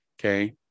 Okay